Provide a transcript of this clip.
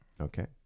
okay